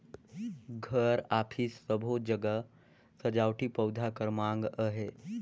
घर, अफिस सबो जघा सजावटी पउधा कर माँग अहे